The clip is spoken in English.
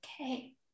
Okay